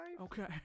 Okay